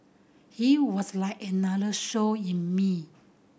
he was like another soul in me